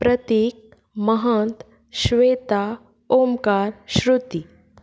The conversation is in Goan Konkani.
प्रतीक महंत श्वेता ओमकार श्रृती